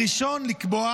הראשון לקבוע